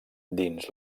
dins